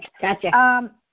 Gotcha